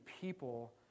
people